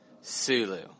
Sulu